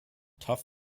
tough